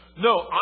No